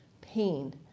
pain